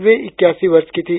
वे इक्यासी वर्ष की थी